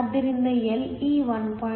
ಆದ್ದರಿಂದ Le 1